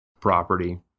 property